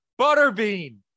butterbean